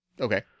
Okay